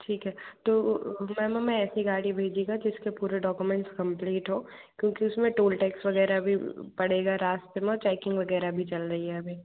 ठीक है तो मैम हमें ऐसी गाड़ी भेजिएगा जिसके पूरे डौकूमेन्टस कंप्लीट हों क्योंकि उसमें टोल टैक्स वग़ैरह भी पड़ेगा रास्ते म चैकिंग वग़ैरह भी चल रही है अभी